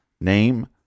name